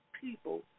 people